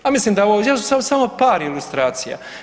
Ja mislim da je ovo, još samo par ilustracija.